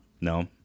No